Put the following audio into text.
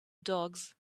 dogs